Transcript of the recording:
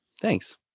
Thanks